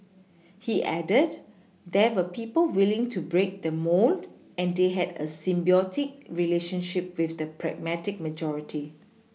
he added there were people willing to break the mould and they had a symbiotic relationship with the pragmatic majority